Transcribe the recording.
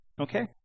okay